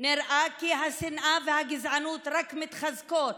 נראה כי השנאה והגזענות רק מתחזקות,